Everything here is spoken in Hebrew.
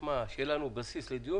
אחרי שיהיה לנו בסיס לדיון,